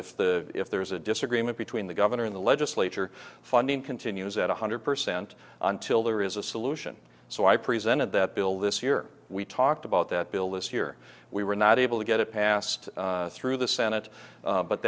if the if there is a disagreement between the governor in the legislature funding continues at one hundred percent until there is a solution so i presented that bill this year we talked about that bill this year we were not able to get it passed through the senate